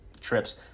trips